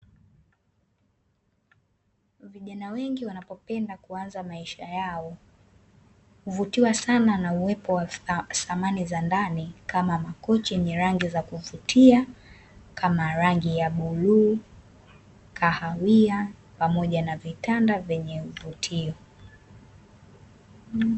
Vijana wengi wanapopenda kuanza maisha yao, huvutiwa sana na uwepo wa samani za ndani, kama makochi yenye rangi za kuvutia, kama rangi ya bluu, kahawia pamoja na vitanda vyenye mvutio.